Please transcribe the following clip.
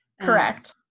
Correct